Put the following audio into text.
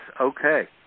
okay